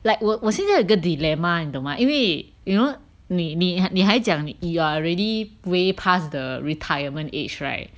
like 我我现在有个 dilemma 你懂吗因为 you know 你你还讲 you are already way past the retirement age right